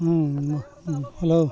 ᱦᱮᱸ